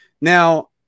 now